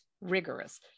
rigorous